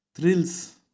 Thrills